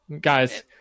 Guys